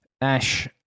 ash